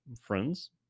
friends